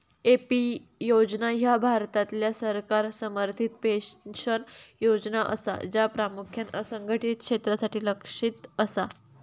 AP योजना ह्या भारतातल्या सरकार समर्थित पेन्शन योजना असा, ज्या प्रामुख्यान असंघटित क्षेत्रासाठी लक्ष्यित असा